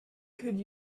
could